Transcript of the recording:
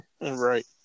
Right